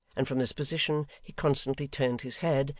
and from this position he constantly turned his head,